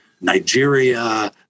Nigeria